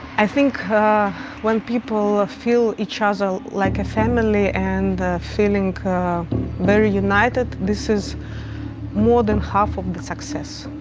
i think when people ah feel each other like a family and feel and very united, this is more than half of the success.